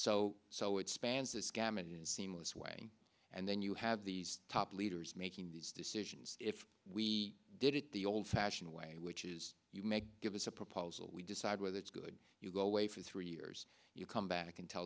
so so it spans this gamut seamless way and then you have these top leaders making these decisions if we did it the old fashioned way which is you may give us a proposal we decide whether it's good you go away for three years you come back and tell